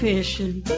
Fishing